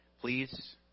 please